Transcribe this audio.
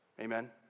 Amen